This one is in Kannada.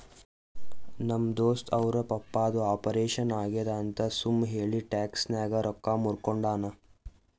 ನಮ್ ದೋಸ್ತ ಅವ್ರ ಪಪ್ಪಾದು ಆಪರೇಷನ್ ಆಗ್ಯಾದ್ ಅಂತ್ ಸುಮ್ ಹೇಳಿ ಟ್ಯಾಕ್ಸ್ ನಾಗ್ ರೊಕ್ಕಾ ಮೂರ್ಕೊಂಡಾನ್